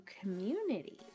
community